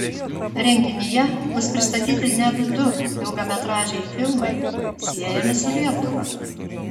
renginyje bus pristatyti net du ilgametražiai filmai siejami su lietuva